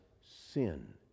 sin